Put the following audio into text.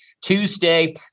Tuesday